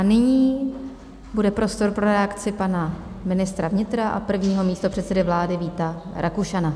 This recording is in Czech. Nyní bude prostor pro reakci pana ministra vnitra a prvního místopředsedy vlády Víta Rakušana.